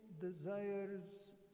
desires